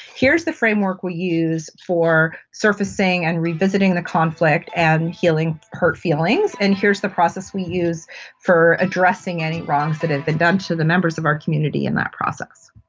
here's the framework we use for servicing and revisiting the conflict and healing hurt feelings, and here's the process we use for addressing any wrongs that have been done to the members of our community in that process.